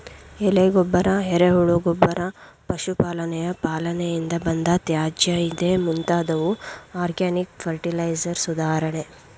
ಎಲೆ ಗೊಬ್ಬರ, ಎರೆಹುಳು ಗೊಬ್ಬರ, ಪಶು ಪಾಲನೆಯ ಪಾಲನೆಯಿಂದ ಬಂದ ತ್ಯಾಜ್ಯ ಇದೇ ಮುಂತಾದವು ಆರ್ಗ್ಯಾನಿಕ್ ಫರ್ಟಿಲೈಸರ್ಸ್ ಉದಾಹರಣೆ